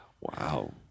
Wow